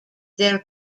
their